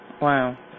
wow